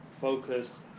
focus